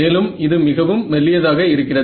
மேலும் இது மிகவும் மெல்லியதாக இருக்கிறது